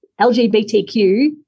LGBTQ